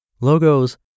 Logos